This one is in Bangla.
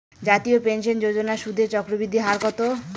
জাতীয় পেনশন যোজনার সুদের চক্রবৃদ্ধি হার কত?